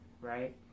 right